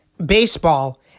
Baseball